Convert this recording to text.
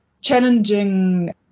challenging